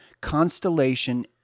constellation